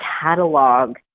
catalog